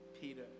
Peter